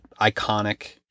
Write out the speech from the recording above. iconic